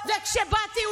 וכשבאתי,